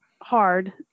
hard